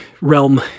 realm